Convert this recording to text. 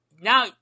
now